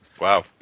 Wow